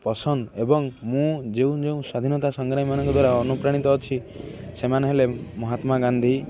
ପସନ୍ଦ ଏବଂ ମୁଁ ଯେଉଁ ଯେଉଁ ସ୍ୱାଧୀନତା ସଂଗ୍ରାମୀମାନଙ୍କ ଦ୍ୱାରା ଅନୁପ୍ରାଣିତ ଅଛି ସେମାନେ ହେଲେ ମହାତ୍ମାଗାନ୍ଧୀ